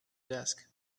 desk